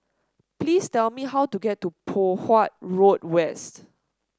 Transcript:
please tell me how to get to Poh Huat Road West